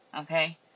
okay